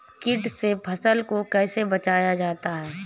कीट से फसल को कैसे बचाया जाता हैं?